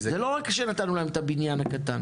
זה לא רק שנתנו להן את הבניין הקטן